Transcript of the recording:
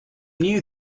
knew